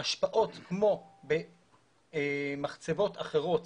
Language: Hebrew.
השפעות כמו במחצבות אחרות